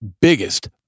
biggest